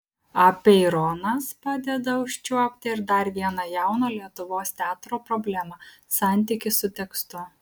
apeironas padeda užčiuopti ir dar vieną jauno lietuvos teatro problemą santykį su tekstu